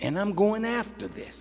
and i'm going after this